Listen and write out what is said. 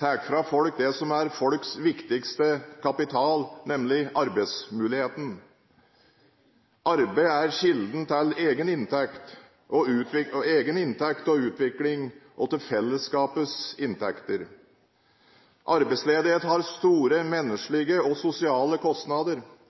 tar fra folk det som er folks viktigste kapital, nemlig arbeidsmuligheten. Arbeid er kilden til egen inntekt og utvikling og til fellesskapets inntekter. Arbeidsledighet har store menneskelige og sosiale kostnader.